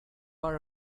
are